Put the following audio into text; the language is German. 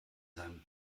seinem